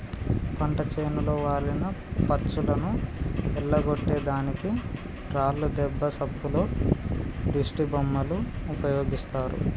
పంట చేనులో వాలిన పచ్చులను ఎల్లగొట్టే దానికి రాళ్లు దెబ్బ సప్పుల్లో దిష్టిబొమ్మలు ఉపయోగిస్తారు